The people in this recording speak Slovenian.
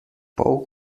pol